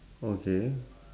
okay